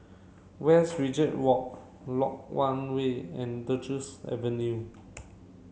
Westridge Walk Lok Yang Way and Duchess Avenue